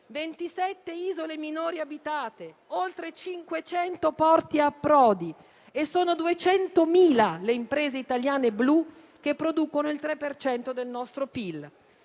27 isole minori abitate, oltre 500 porti e approdi. Sono 200.000 le imprese italiane blu che producono il 3 per cento del